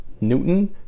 Newton